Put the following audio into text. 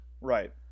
Right